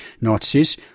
Nazis